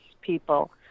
people